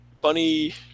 bunny